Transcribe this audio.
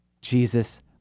Jesus